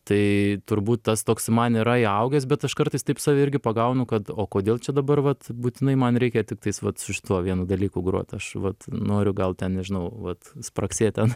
tai turbūt tas toks man yra įaugęs bet aš kartais taip save irgi pagaunu kad o kodėl čia dabar vat būtinai man reikia tiktai vat su šituo vienu dalyku grot aš vat noriu gal ten nežinau vat spragsėt ten